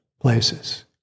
places